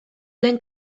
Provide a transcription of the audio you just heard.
lehen